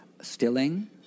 stilling